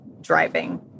driving